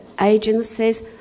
agencies